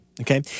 Okay